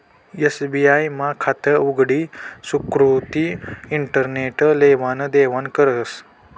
SBI मा खातं उघडी सुकृती इंटरनेट लेवान देवानं करस